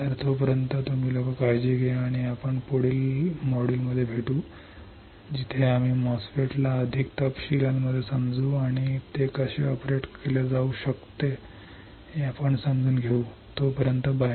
तर तोपर्यंत तुम्ही लोक काळजी घ्या आणि मी तुम्हाला पुढील मॉड्यूलमध्ये भेटू जिथे आम्ही MOSFET ला अधिक तपशीलांमध्ये समजतो आणि तोपर्यंत ते कसे ऑपरेट केले जाऊ शकते हे आपण समजून घ्या बाय